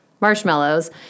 marshmallows